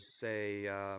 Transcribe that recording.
say –